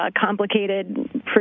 complicated